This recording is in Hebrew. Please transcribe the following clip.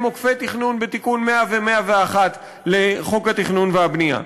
עוקפי תכנון בתיקון 100 ו-101 לחוק התכנון והבנייה.